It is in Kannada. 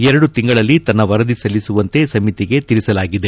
ಎರಡು ತಿಂಗಳಲ್ಲಿ ತನ್ನ ವರದಿ ಸಲ್ಲಿಸುವಂತೆ ಸಮಿತಿಗೆ ತಿಳಿಸಿದೆ